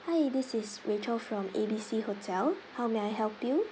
hi this is rachel from A B C hotel how may I help you